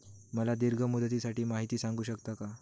मला दीर्घ मुदतीसाठी माहिती सांगू शकता का?